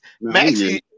Maxie